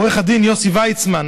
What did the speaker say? לעו"ד יוסי ויצמן,